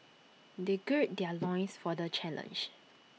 they gird their loins for the challenge